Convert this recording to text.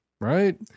right